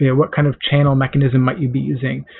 yeah what kind of channel mechanism might you be using?